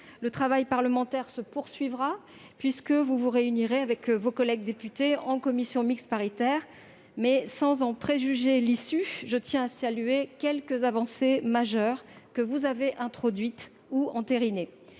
Le travail parlementaire se poursuivra, puisque vous allez vous réunir avec vos collègues députés en commission mixte paritaire. Sans préjuger de l'issue de celle-ci, je tiens à saluer quelques avancées majeures que vous avez introduites ou entérinées.